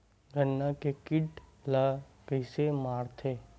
गन्ना के कीट ला कइसे मारथे?